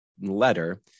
letter